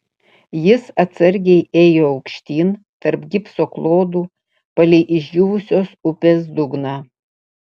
jis atsargiai ėjo aukštyn tarp gipso klodų palei išdžiūvusios upės dugną